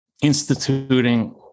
instituting